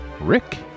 Rick